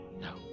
no